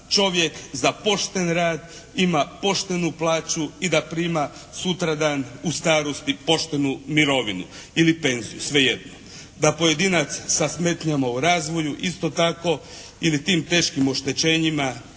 čovjek za pošten rad ima poštenu plaću i da prima sutradan u starosti poštenu mirovinu ili penziju, sve jedno. Da pojedinac sa smetnjama u razvoju isto tako ili tim teškim oštećenjima